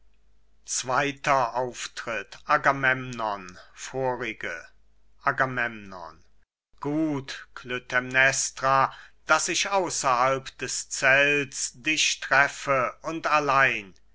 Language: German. kindern agamemnon vorige agamemnon gut klytämnestra daß ich außerhalb des zelts dich treffe und allein